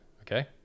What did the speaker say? Okay